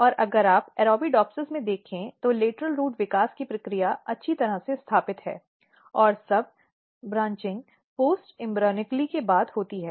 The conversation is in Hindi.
और अगर आप अरेबिडोप्सिस में देखें तो लेटरल रूट् विकास की प्रक्रिया अच्छी तरह से स्थापित है और सब ब्रांचिंग पोस्ट इम्ब्रीऑनिकली के बाद होती है